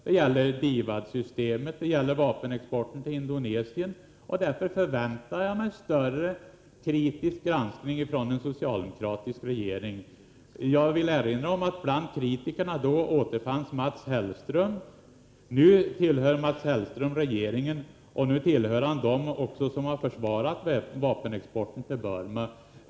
Det gällde t.ex. DIVAD-systemet och vapenexporten till Indonesien. Därför förväntar jag mig en mer omfattande kritisk granskning från en socialdemokratisk regering. Jag vill erinra om att Mats Hellström då fanns bland kritikerna. Nu tillhör han regeringen, och nu tillhör han också dem som har försvarat vapenexporten till Burma.